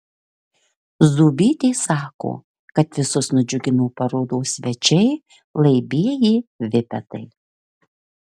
zūbytė sako kad visus nudžiugino parodos svečiai laibieji vipetai